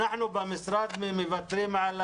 אנחנו במשרד מוותרים על